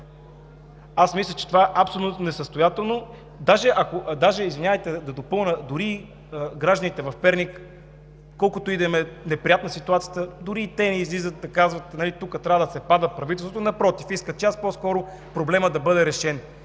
Аз мисля, че това е абсолютно несъстоятелно. Даже, извинявайте, да допълня – дори гражданите в Перник, колкото и ситуацията да им е неприятна, дори те не излизат да казват: „Тука трябва да пада правителството.“ Напротив, искат час по-скоро проблемът да бъде решен